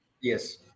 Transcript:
Yes